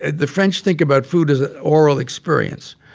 and the french think about food as an oral experience.